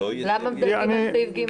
למה מדלגים על סעיף ג'?